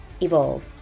Evolve